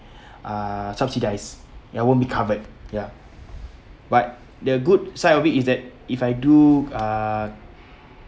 uh subsidised I won't be covered ya but the good side of it is that if I do uh